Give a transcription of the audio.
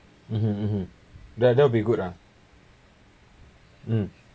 mmhmm mmhmm then that'll be good lah um